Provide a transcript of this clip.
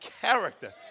character